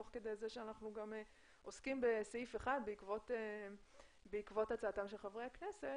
תוך כדי שאנחנו עוסקים בסעיף אחד בעקבות הצעתם של חברי הכנסת,